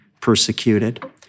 persecuted